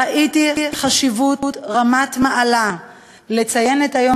ראיתי חשיבות ראשונה במעלה לציין את היום